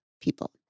people